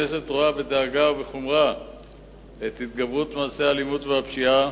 הכנסת רואה בדאגה ובחומרה את התגברות מעשי האלימות והפשיעה